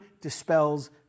dispels